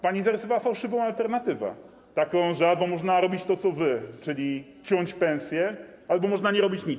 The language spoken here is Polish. Pani zarysowała fałszywą alternatywę: albo można robić to, co wy, czyli ciąć pensje, albo można nie robić nic.